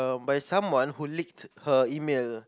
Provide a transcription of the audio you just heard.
by someone who leaked her email